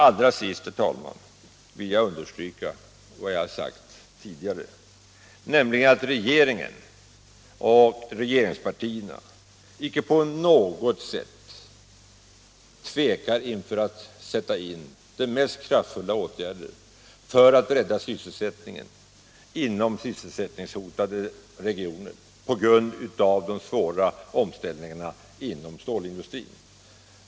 Allra sist, herr talman, vill jag understryka vad jag redan tidigare sagt om att regeringen och regeringspartierna icke på något sätt tvekar att sätta in de mest kraftfulla åtgärder för att rädda sysselsättningen inom regioner där den hotas på grund av de svåra omställningarna inom stålindustrin eller andra hotade branscher.